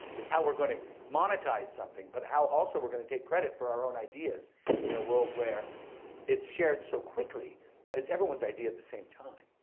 it's how we're going to monetize something, but how also we're gonna take credit for our own ideas in a world where it's shared so quickly that it's everyone's idea at the same time.